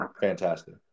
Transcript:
fantastic